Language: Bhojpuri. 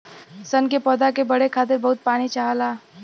सन के पौधा के बढ़े खातिर बहुत पानी चाहला